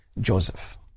Joseph